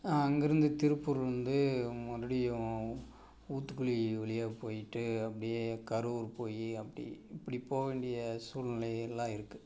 அங்கேருந்து திருப்பூர்லேருந்து ஆல்ரெடி ஊத்துக்குளி வழியாக போய்ட்டு அப்படியே கரூர் போய் அப்படி இப்படி போக வேண்டிய சூழ்நிலை எல்லாம் இருக்குது